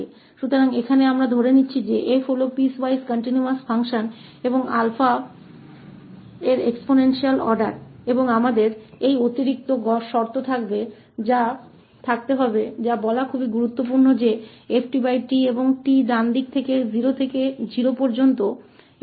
इसलिए यहां हम मानते हैं कि 𝑓 पीसवाइज कंटीन्यूअस फंक्शन है और एक्सपोनेंशियल आर्डर 𝛼 का है और हमारे पास यह अतिरिक्त शर्त है जो यह कहना बहुत महत्वपूर्ण है कि ftऔर t दाईं ओर से 0 तक पहुंचते हैं